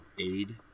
aid